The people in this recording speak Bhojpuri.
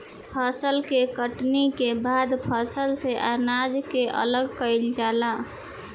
फसल के कटनी के बाद फसल से अनाज के अलग कईल जाला